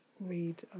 read